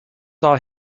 saw